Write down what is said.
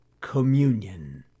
Communion